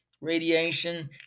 radiation